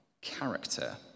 character